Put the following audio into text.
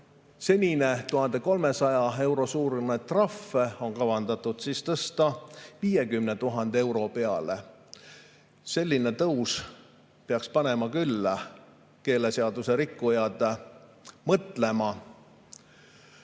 Senine 1300 euro suurune trahv on siin kavandatud tõsta 50 000 euro peale. Selline tõus peaks panema küll keeleseaduse rikkujad mõtlema.